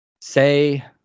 Say